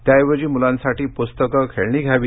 त्याऐवजी मुलांसाठी पुस्तके खेळणी घ्यावी